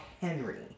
Henry